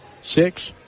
six